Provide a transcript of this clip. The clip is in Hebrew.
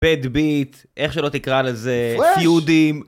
פד ביט, איך שלא תקרא לזה, פיודים